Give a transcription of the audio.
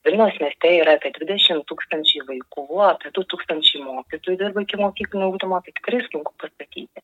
vilniaus mieste yra apie dvidešim tūkstančių vaikų apie du tūkstančiai mokytojų dirba ikimokyklinio ugdomo tai tikrai sunku pasakyti